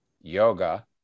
yoga